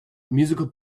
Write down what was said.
musical